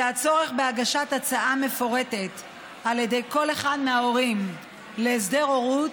זה הצורך בהגשת הצעה מפורטת על ידי כל אחד מההורים להסדר הורות,